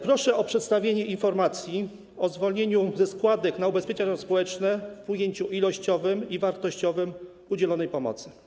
Proszę o przedstawienie informacji o zwolnieniu ze składek na ubezpieczenie społeczne w ujęciu ilościowym i wartościowym dotyczącym udzielonej pomocy.